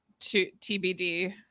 TBD